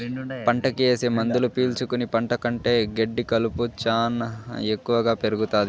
పంటకి ఏసే మందులు పీల్చుకుని పంట కంటే గెడ్డి కలుపు శ్యానా ఎక్కువగా పెరుగుతాది